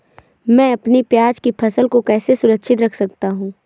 मैं अपनी प्याज की फसल को कैसे सुरक्षित रख सकता हूँ?